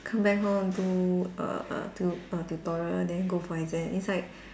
come back home do err err do a tutorial then go for exam it's like